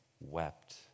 wept